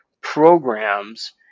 programs